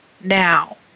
now